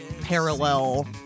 parallel